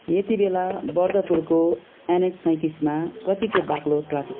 यतिबेला बर्दपुरको एनएच सैतिसमा कतिको बाक्लो ट्राफिक छ